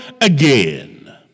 again